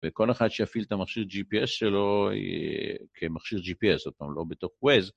וכל אחד שיפעיל את המכשיר Gps שלו כמכשיר Gps, זאת אומרת, לא בתוך וייז.